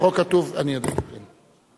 אני יודע, כן.